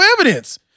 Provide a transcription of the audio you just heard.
evidence